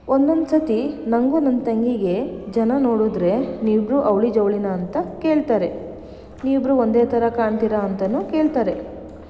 ಒಂದೊಂದು ಸತಿ ನನಗೂ ನನ್ನ ತಂಗಿಗೆ ಜನ ನೋಡಿದರೆ ನೀವಿಬ್ಬರೂ ಅವಳಿ ಜವಳಿನಾ ಅಂತ ಕೇಳ್ತಾರೆ ನೀವಿಬ್ಬರೂ ಒಂದೇ ಥರ ಕಾಣ್ತೀರ ಅಂತಲೂ ಕೇಳ್ತಾರೆ